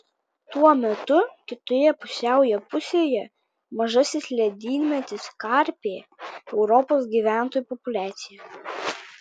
tuo metu kitoje pusiaujo pusėje mažasis ledynmetis karpė europos gyventojų populiaciją